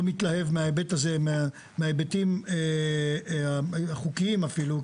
מתלהב מההיבט הזה, מההיבטים החוקיים אפילו.